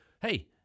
hey